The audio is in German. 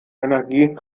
energie